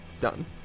Done